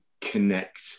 connect